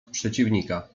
przeciwnika